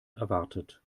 erwartet